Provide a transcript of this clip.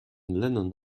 lennon